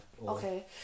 Okay